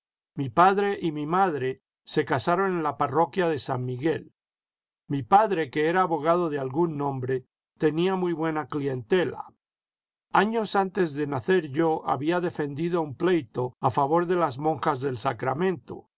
mi padre y mi madre se casaron en la parroquia de san miguel mi padre que era abogado de algún nombre tenía muy buena clientela años antes de nacer yo había defendido un pleito a favor de las monjas del sacramento